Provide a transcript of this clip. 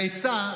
לעצה,